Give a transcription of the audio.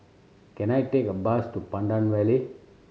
can I take a bus to Pandan Valley